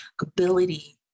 ability